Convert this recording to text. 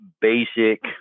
basic